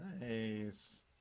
nice